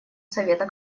совета